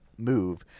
move